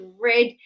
red